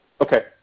Okay